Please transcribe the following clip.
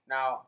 Now